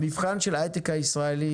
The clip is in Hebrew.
המבחן של היי-טק הישראלי